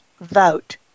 vote